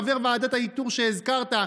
חבר ועדת האיתור שהזכרת,